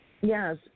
Yes